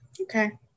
okay